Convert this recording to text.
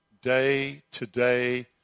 Day-to-day